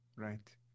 Right